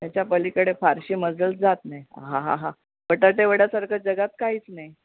ह्याच्यापलीकडे फारशी मजल जात नाही हां हां हां बटाटेवड्यासारखं जगात काहीच नाही